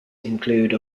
include